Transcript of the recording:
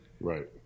Right